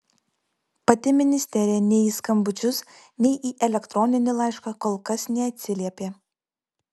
pati ministerija nei į skambučius nei į elektroninį laišką kol kas neatsiliepė